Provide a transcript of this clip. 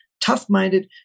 tough-minded